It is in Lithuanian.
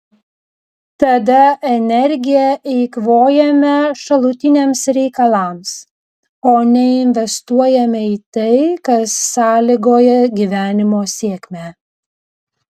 tada energiją eikvojame šalutiniams reikalams o neinvestuojame į tai kas sąlygoja gyvenimo sėkmę